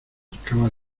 acercaba